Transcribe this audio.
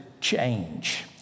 change